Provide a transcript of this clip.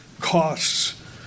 costs